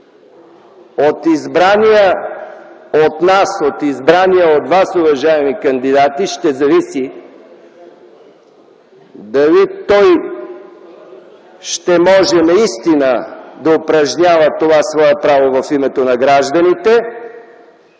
От избрания от нас, от избрания от вас, уважаеми кандидати, ще зависи дали той ще може наистина да упражнява това свое право в името на гражданите